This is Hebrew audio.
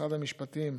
משרד המשפטים,